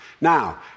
Now